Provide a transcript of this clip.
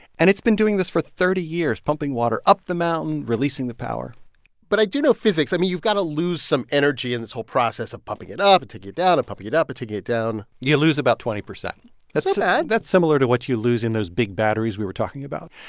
and it's been doing this for thirty years pumping water up the mountain, releasing the power but i do know physics. i mean, you've got to lose some energy in this whole process of pumping it up and taking it down and pumping it up and taking it down you lose about twenty percent that's not bad that's similar to what you lose in those big batteries we were talking about.